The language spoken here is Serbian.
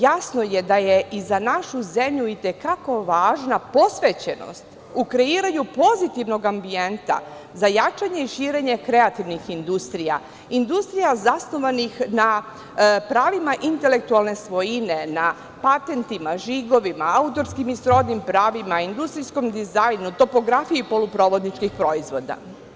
Jasno je da je i za našu zemlju i te kako važna posvećenost u kreiranju pozitivnog ambijenta za jačanje i širenje kreativnih industrija, industrija zasnivanih na pravima intelektualne svojine, na patentima, žigovima, autorskim i srodnim pravima, industrijskom dizajnu, topografiji poluprovodničkih proizvoda.